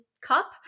cup